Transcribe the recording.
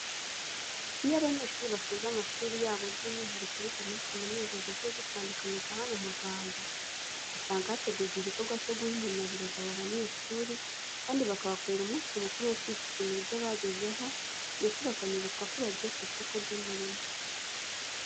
Iyo abanyeshuri basoje amashuri yabo by'umwihariko abiga muri kaminuza zigiye zitandukanye za hano mu Rwanda, usanga hategurwa igikorwa cyo guha impamyaburezi abo banyeshuri kandi bakabakorera umunsi mukuru wo kwishimira ibyo bagezeho ndetse bakanibutswa ko bagiye ku isoko ry'umurimo.